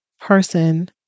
person